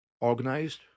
organized